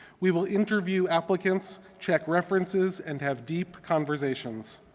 we will interview applicants, check references and have deep conversations.